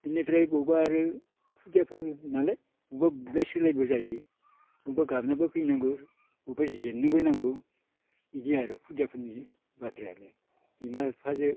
इनिफ्राय बबेबा आरो खुदियाफोरनालाय अबावबा बुलाय सोलायबो जायो अबावबा गाबनाबो फैनांगौ अबावबा जेननोबो नांगौ इदि आरो खुदियाफोरनि बाथ्रायालाय बिमा बिफाजो